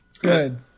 good